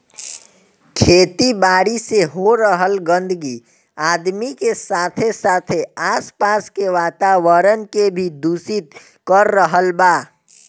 खेती बारी से हो रहल गंदगी आदमी के साथे साथे आस पास के वातावरण के भी दूषित कर रहल बा